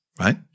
right